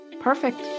Perfect